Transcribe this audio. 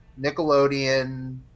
Nickelodeon